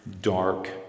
dark